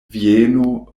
vieno